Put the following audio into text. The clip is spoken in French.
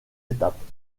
étapes